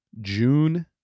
June